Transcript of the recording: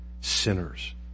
sinners